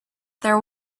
there